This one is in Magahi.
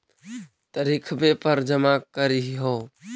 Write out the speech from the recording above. तरिखवे पर जमा करहिओ?